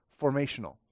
formational